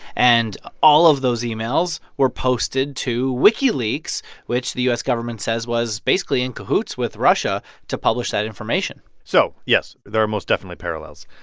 and all of those emails were posted to wikileaks, which the u s. government says was basically in cahoots with russia to publish that information so yes, there are most definitely parallels.